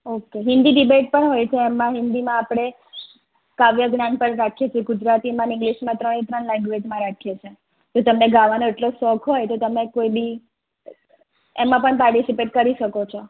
okay Hindi debate પણ હોય છે એમાં હિન્દીમાં આપણે કાવ્યગાન પણ રાખીએ છે ગુજરાતીમાં ઇંગ્લિશમાં ત્રણે ત્રણ લેન્ગવેજમાં રાખીએ છે જો તમને ગાવાનો એટલો શોખ હોય તો તમે કોઈ બી એમાં પણ પાર્ટીસિપેટ કરી શકો છો